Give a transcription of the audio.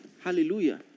hallelujah